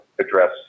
address